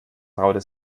traute